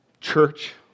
Church